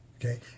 Okay